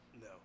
No